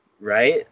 right